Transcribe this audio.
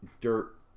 dirt